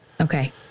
Okay